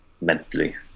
mentally